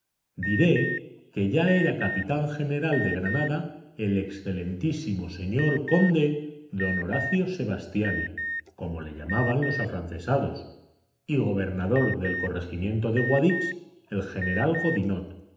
diré que ya era capitán general de granada el excelentísimo señor conde don horacio sebastiani comole llamaban los afrancesados y gobernador del corregimiento de guadix el general